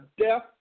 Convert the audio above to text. death